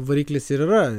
variklis ir yra